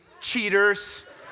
cheaters